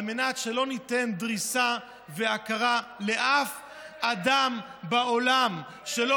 על מנת שלא ניתן דריסה והכרה לאף אדם בעולם שלא